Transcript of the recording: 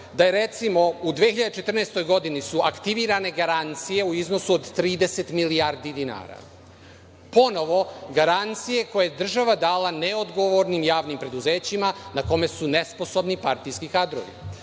da je recimo, u 2014. godini aktivirane garancije u iznosu od 30 milijardi dinara. ponovo garancije koje je država dala neodgovornim javnim preduzećima na kome su nesposobni partijski kadrovi.